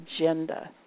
agenda